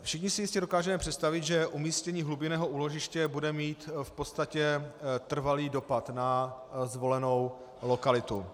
Všichni si jistě dokážeme představit, že umístění hlubinného úložiště bude mít v podstatě trvalý dopad na zvolenou lokalitu.